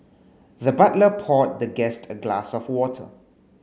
the butler poured the guest a glass of water